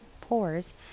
pores